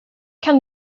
kan